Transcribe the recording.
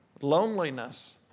loneliness